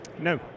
No